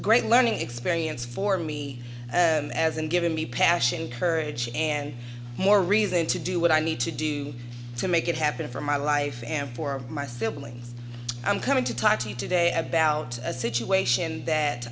great learning experience for me as in giving me passion courage and more reason to do what i need to do to make it happen for my life and for my siblings i'm coming to talk to you today about a situation that